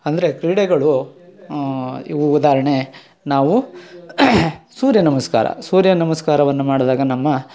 ಅಂದರೆ ಕ್ರೀಡೆಗಳು ಇವು ಉದಾಹರ್ಣೆ ನಾವು ಸೂರ್ಯ ನಮಸ್ಕಾರ ಸೂರ್ಯ ನಮಸ್ಕಾರವನ್ನು ಮಾಡಿದಾಗ ನಮ್ಮ